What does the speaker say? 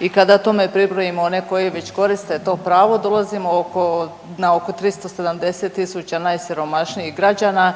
I kada tome pribrojimo one koji već koriste to pravo dolazimo na oko 370000 najsiromašnijih građana.